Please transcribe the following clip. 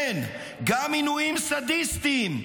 כן, גם עינויים סדיסטיים,